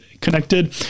connected